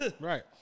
right